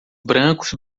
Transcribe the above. brancos